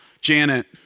Janet